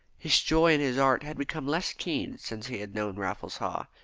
his joy in his art had become less keen since he had known raffles haw.